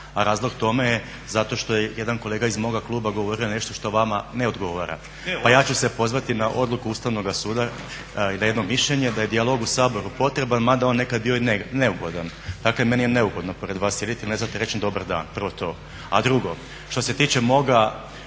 a razlog tome je zato što je jedan kolega iz moga kluba govorio nešto što vama ne odgovara. Pa ja ću se pozvati na odluku Ustavnoga suda i na jedno mišljenje da je dijalog u Saboru potreban mada on nekad bio i neugodan. Dakle, meni je neugodno pored vas sjediti jer ne znate reći ni dobar dan, prvo to. A drugo, što se tiče moga